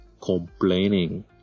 complaining